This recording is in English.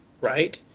right